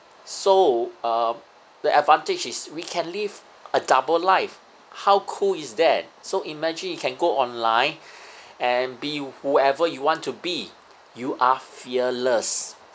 so uh the advantage is we can live a double life how cool is that so imagine you can go online and be whoever you want to be you are fearless